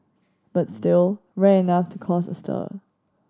but still rare enough to cause a stir